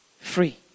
Free